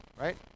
Right